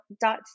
dot